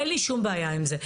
אין לי שום בעיה עם זה.